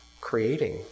creating